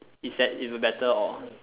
is that even better or